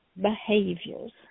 behaviors